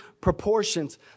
proportions